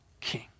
king